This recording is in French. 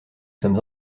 sommes